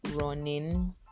running